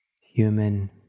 human